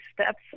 steps